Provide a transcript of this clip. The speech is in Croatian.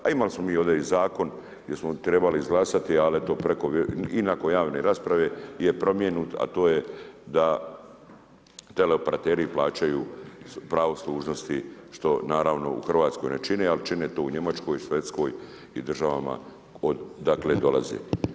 A imali smo mi ovdje i zakon gdje smo trebali izglasati, ali to je preko i nakon javne rasprave je promijenjen, a to je da teleoperateri plaćaju pravo služnosti, što naravno u Hrvatskoj ne čine, ali čine to u Njemačkoj, Švedskoj i državama odakle dolaze.